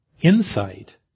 insight